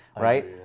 right